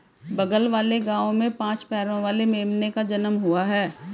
बगल वाले गांव में पांच पैरों वाली मेमने का जन्म हुआ है